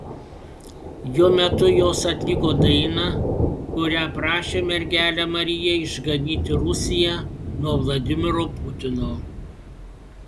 jo metu jos atliko dainą kuria prašė mergelę mariją išganyti rusiją nuo vladimiro putino